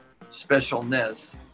specialness